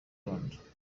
rwanda